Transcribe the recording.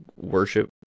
worship